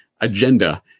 agenda